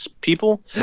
people